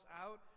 out